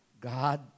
God